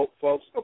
folks